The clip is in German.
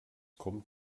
kommt